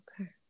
Okay